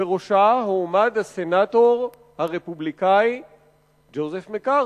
ובראשה הועמד הסנטור הרפובליקני ג'וזף מקארתי.